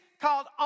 called